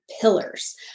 pillars